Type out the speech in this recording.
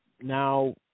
now